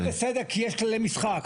זה בסדר, כי יש כליי משחק.